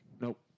Nope